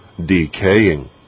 decaying